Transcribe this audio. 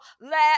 Let